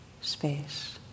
space